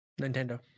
Nintendo